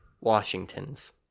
Washingtons